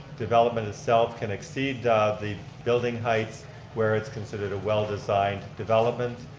development itself can exceed the building heights where it's considered a well designed development.